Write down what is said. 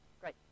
great